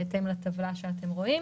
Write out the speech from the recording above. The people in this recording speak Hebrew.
בהתאם לטבלה שאתם רואים.